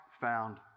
found